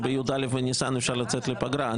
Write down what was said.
שב-י"א בניסן אפשר לצאת לפגרה.